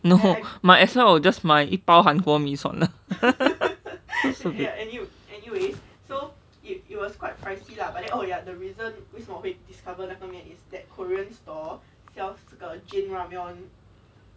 no might as well 我 just 买一包韩国:mai yi baoo han guo mee 算了